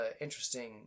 interesting